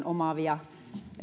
omaavia